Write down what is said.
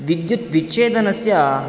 विद्युत् विच्छेदनस्य